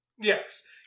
Yes